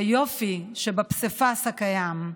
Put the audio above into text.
היופי שבפסיפס הקיים,